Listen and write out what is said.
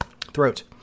throat